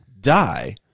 die